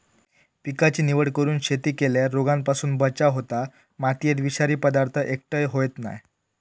पिकाची निवड करून शेती केल्यार रोगांपासून बचाव होता, मातयेत विषारी पदार्थ एकटय होयत नाय